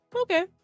Okay